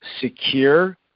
Secure